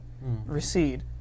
recede